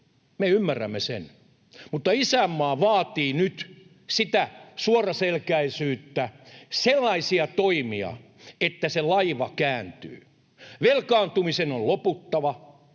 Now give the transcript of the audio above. Me ymmärrämme sen, mutta isänmaa vaatii nyt suoraselkäisyyttä, sellaisia toimia, että laiva kääntyy. Velkaantumisen on loputtava.